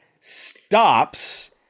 stops